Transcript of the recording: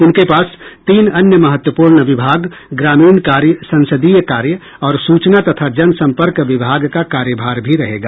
उनके पास तीन अन्य महत्वपूर्ण विभाग ग्रामीण कार्य संसदीय कार्य और सूचना तथा जन संपर्क विभाग का कार्य भार भी रहेगा